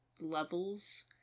levels